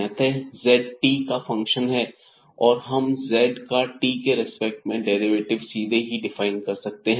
अतः यह z t का फंक्शन है और हम z का t के रेस्पेक्ट में डेरिवेटिव सीधे ही डिफाइन कर सकते हैं